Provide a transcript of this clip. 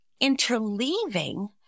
Interleaving